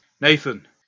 Nathan